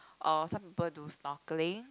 or some people do snorkeling